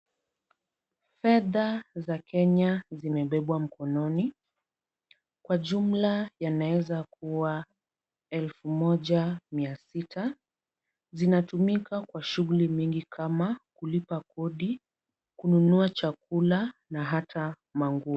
Fedha za Kenya zimebebwa mkononi. Kwa jumla yanaweza kuwa elfu moja mia sita.. Zinatumika kwa shughuli mingi kama kulipa kodi, kununua chakula na hata manguo.